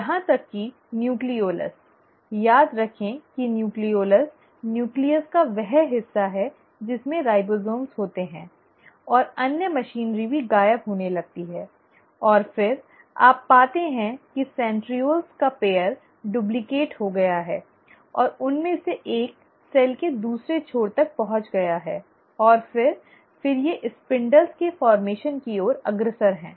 यहां तक कि न्यूक्लियोलस याद रखें कि न्यूक्लियोलस नूक्लीअस का वह हिस्सा है जिसमें राइबोसोम होते हैं और अन्य मशीनरी भी गायब होने लगती हैं और फिर आप पाते हैं कि सेंट्रीओल्स की जोड़ी डुप्लीकेटड हो गए हैं और उनमें से एक कोशिका के दूसरे छोर पर पहुंच गई है और फिर फिर ये स्पिंडल के गठन की ओर अग्रसर हैं